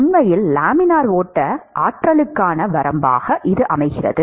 உண்மையில் லேமினார் ஓட்ட ஆட்சிக்கான வரம்பாகும்